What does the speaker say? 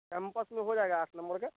campus में हो जाएगा आठ नम्बर में